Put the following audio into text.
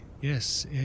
yes